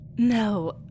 No